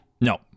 No